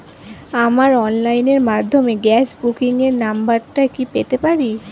আমার অনলাইনের মাধ্যমে গ্যাস বুকিং এর নাম্বারটা কি পেতে পারি?